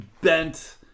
bent